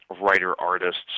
writer-artists